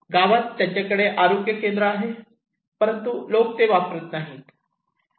गावात त्यांच्याकडे आरोग्य केंद्र आहे परंतु लोक ते वापरत नाहीत